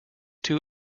two